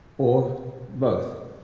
or both.